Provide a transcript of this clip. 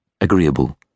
agreeable